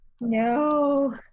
No